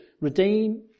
Redeem